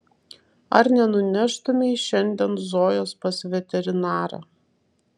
ar nenuneštumei šiandien zojos pas veterinarą